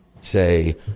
say